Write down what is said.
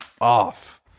off